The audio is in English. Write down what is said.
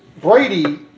Brady